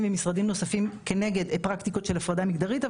ומשרדים נוספים כנגד פרקטיקות של הפרדה מגדרית,